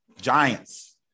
giants